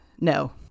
no